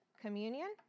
communion